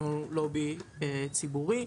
אנחנו לובי ציבורי.